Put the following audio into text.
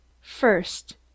First